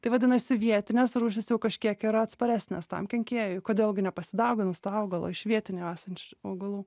tai vadinasi vietinės rūšys jau kažkiek yra atsparesnės tam kenkėjui kodėl gi nepasidauginus to augalo iš vietinių esančių augalų